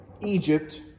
Egypt